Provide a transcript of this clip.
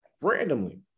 randomly